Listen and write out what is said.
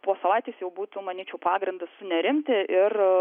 po savaitės jau būtų manyčiau pagrindo sunerimti ir